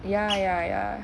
ya ya ya